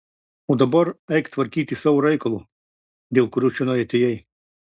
o dabar eik tvarkyti savo reikalo dėl kurio čionai atėjai